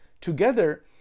together